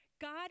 God